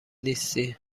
نیستی